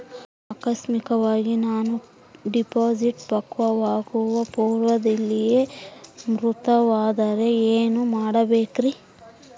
ಆಕಸ್ಮಿಕವಾಗಿ ನಾನು ಡಿಪಾಸಿಟ್ ಪಕ್ವವಾಗುವ ಪೂರ್ವದಲ್ಲಿಯೇ ಮೃತನಾದರೆ ಏನು ಮಾಡಬೇಕ್ರಿ?